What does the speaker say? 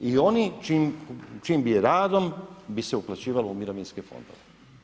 I oni čijim bi radom, bi se uplaćivalo u mirovinske fondove.